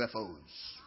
UFOs